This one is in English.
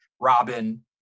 robin